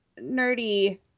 nerdy